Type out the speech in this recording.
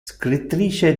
scrittrice